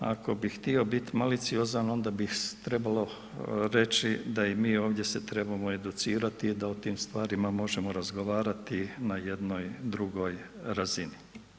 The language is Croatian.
Ako bih htio biti maliciozan onda bi trebalo reći da i mi ovdje se trebamo educirati da o tim stvarima možemo razgovarati na jednoj drugoj razini.